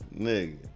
nigga